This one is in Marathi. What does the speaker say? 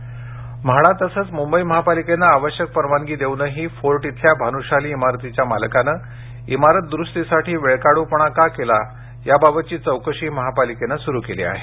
भानुशाली चौकशी म्हाडा तसंच मुंबई महापालिकेने आवश्यक परवानगी देऊनही फोर्ट येथील भानुशाली इमारतीच्या मालकाने इमारत दुरूस्तीसाठी वेळकाढूपणा का केला याबाबतची चौकशी महापालिकेनं सुरु केली आहे